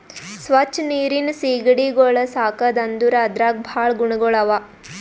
ಸ್ವಚ್ ನೀರಿನ್ ಸೀಗಡಿಗೊಳ್ ಸಾಕದ್ ಅಂದುರ್ ಅದ್ರಾಗ್ ಭಾಳ ಗುಣಗೊಳ್ ಅವಾ